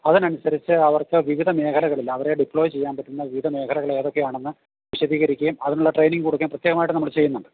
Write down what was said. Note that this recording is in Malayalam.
അതിന് അനുസരിച്ച് അവർക്ക് വിവിധ മേഖലകളിൽ അവരെ ഡിപ്ലോയ് ചെയ്യാൻ പറ്റുന്ന വിവിധ മേഖലകൾ ഏതൊക്കെയാണെന്ന് വിശദീകരിക്കുകയും അതിനുള്ള ട്രെയിനിങ് കൊടുക്കുകയും പ്രത്യേകമായിട്ട് നമ്മൾ ചെയ്യുന്നുണ്ട്